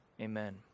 Amen